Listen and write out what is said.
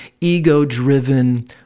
ego-driven